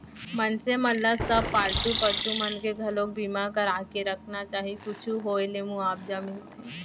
मनसे मन ल सब पालतू पसु मन के घलोक बीमा करा के रखना चाही कुछु होय ले मुवाजा मिलथे